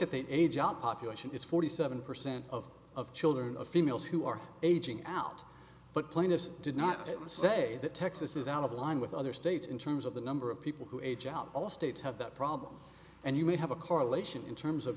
at the age operation is forty seven percent of of children of females who are aging out but plaintiffs did not say that texas is out of line with other states in terms of the number of people who age out all states have that problem and you may have a correlation in terms of